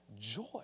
joy